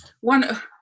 one